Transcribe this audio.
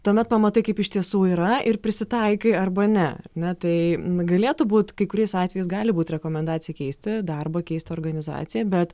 tuomet pamatai kaip iš tiesų yra ir prisitaikai arba ne ar ne tai galėtų būt kai kuriais atvejais gali būt rekomendacija keisti darbą keist organizaciją bet